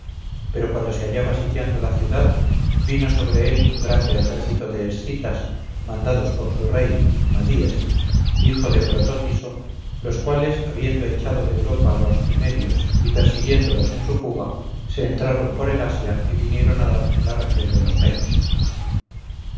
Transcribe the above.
pero cuando se hallaba sitiando la ciudad vino sobre él un grande ejército de escitas mandados por su rey madyes hijo de protóthiso los cuales habiendo echado de europa a los cimmerios y persiguiéndolos en su fuga se entraron por el asia y vinieron a dar en la región de los medos